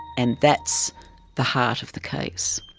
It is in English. and that's the heart of the case.